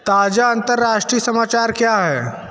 ताज़ा अंतरराष्ट्रीय समाचार क्या है